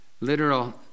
literal